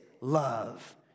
love